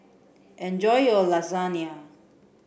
enjoy your Lasagna